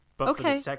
Okay